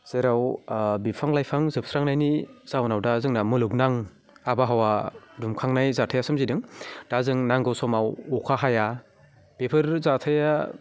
जेराव बिफां लाइफां जोबस्रांनायनि जाहोनाव दा जोंना मुलुगनां आबहावा दुंखांनाय जाथाया सोमजिदों दा जों नांगौ समाव अखा हाया बेफोर जाथाया